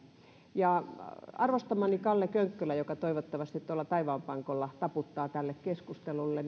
suuren kiitoksen arvostamalleni kalle könkkölälle joka toivottavasti tuolla taivaan pankolla taputtaa tälle keskustelulle